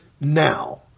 now